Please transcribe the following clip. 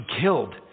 killed